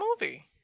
movie